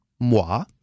moi